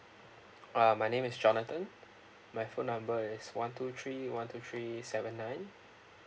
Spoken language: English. uh my name is jonathon my phone number is one two three one two three seven nine